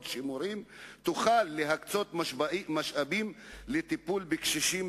שימורים תוכל להקצות משאבים לטיפול בקשישים,